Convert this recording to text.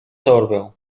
torbę